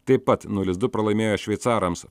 taip pat nulis du pralaimėjo šveicarams